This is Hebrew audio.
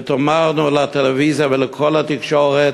ונאמר לטלוויזיה ולכל התקשורת: